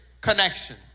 connection